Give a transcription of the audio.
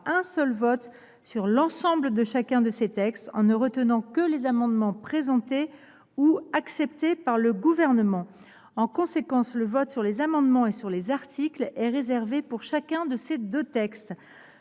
un seul vote sur l’ensemble de chacun de ces textes en ne retenant que les amendements présentés ou acceptés par le Gouvernement. En conséquence, le vote sur les amendements et sur les articles est réservé pour chacun de ces deux textes.